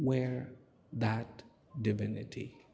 where that divinity